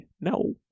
no